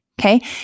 Okay